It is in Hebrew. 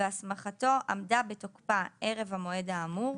והסמכתו עמדה בתוקפה ערב המועד האמור,